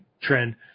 trend